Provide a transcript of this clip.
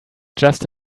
just